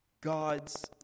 God's